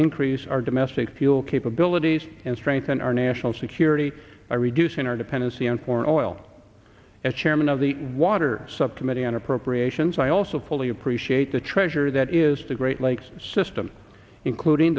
increase our domestic fuel capabilities and strengthen our national security by reducing our dependency on foreign oil as chairman of the water subcommittee on appropriations i also fully appreciate the treasure that is the great lakes system including